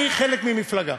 אני חלק ממפלגה.